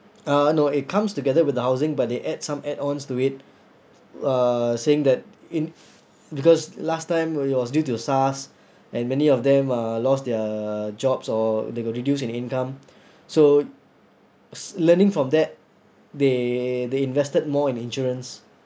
uh no it comes together with the housing but they add some add ons to it uh saying that in because last time when it was due to the SARS and many of them uh lost their jobs or they got reduced in income so s~ learning from that they they invested more in insurance